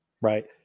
Right